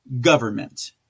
government